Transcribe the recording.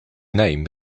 name